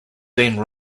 then